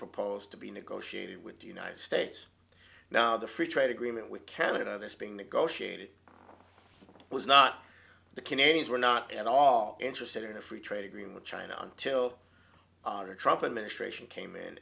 proposed to be negotiated with the united states now the free trade agreement with canada that's being negotiated was not the canadians were not at all interested in a free trade agreement china until trumpet ministration came in